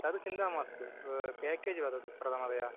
तद् चिन्ता मास्तु पेकेज् वदतु प्रथमतया